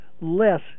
less